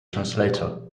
translator